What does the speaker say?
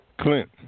Clint